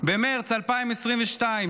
במרץ 2022,